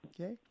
okay